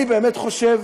אני באמת חושב,